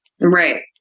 right